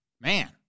man